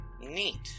neat